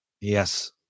Yes